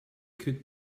could